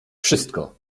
wszystko